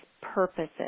purposes